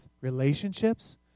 relationships